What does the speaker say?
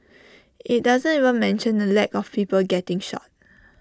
IT doesn't even mention the lack of people getting shot